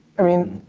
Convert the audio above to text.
i mean,